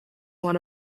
one